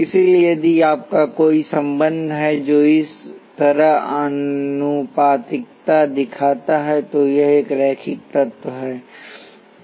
इसलिए यदि आपका कोई संबंध है जो इस तरह आनुपातिकता दिखाता है तो यह एक रैखिक तत्व है